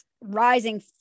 rising